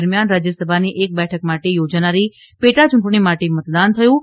દરમિયાન રાજ્યસભાની એક બેઠક માટે યોજાનારી પેટા ચૂંટણી માટે મતદાન થયું છે